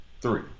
Three